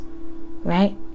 Right